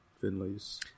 Finley's